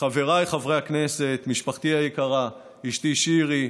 חבריי חברי הכנסת, משפחתי היקרה, אשתי שירי,